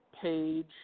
Page